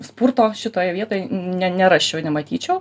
spurto šitoje vietoj ne nerasčiau nematyčiau